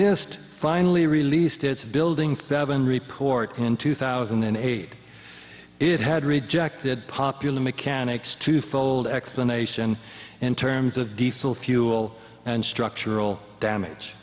ist finally released its building seven report in two thousand and eight it had rejected popular mechanics two fold explanation in terms of diesel fuel and structural damage